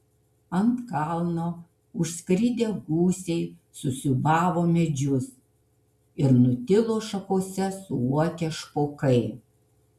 ant kalno užskridę gūsiai susiūbavo medžius ir nutilo šakose suokę špokai